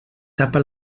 tapa